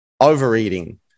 overeating